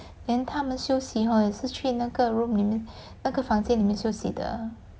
then 他们休息 hor 也是去那个 room 里面那个房间里面休息的